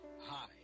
Hi